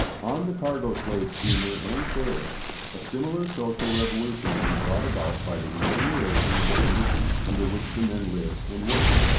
on the cargo-slave steamer and sailer a similar social revolution will be brought about by the amelioration of the conditions under which the men live and work.